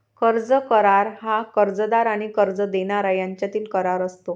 कर्ज करार हा कर्जदार आणि कर्ज देणारा यांच्यातील करार असतो